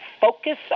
focus